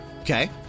Okay